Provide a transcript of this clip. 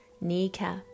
kneecap